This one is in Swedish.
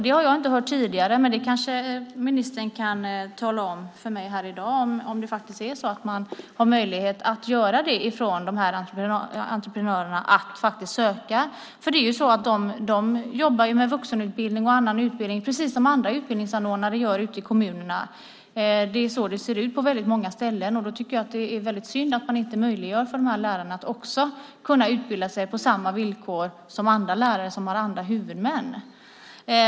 Det har jag inte hört tidigare, men ministern kanske kan tala om för mig här i dag om det stämmer att entreprenörerna har möjlighet att göra detta. De jobbar ju med vuxenutbildning och annan utbildning precis som andra utbildningsanordnare ute i kommunerna. Det är så det ser ut på många ställen. Då är det synd att man inte möjliggör för lärarna att utbilda sig på samma villkor som andra lärare som har andra huvudmän.